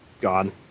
gone